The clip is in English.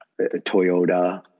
Toyota